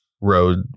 road